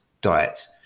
diet